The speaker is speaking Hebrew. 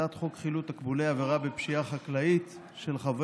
הצעת חוק חילוט תקבולי עבירה בפשיעה חקלאית של חבר